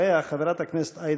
חברת הכנסת יעל